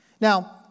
Now